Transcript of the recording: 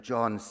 John